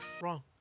wrong